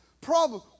problem